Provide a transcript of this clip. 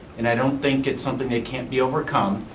and i don't think it's something that can't be overcome,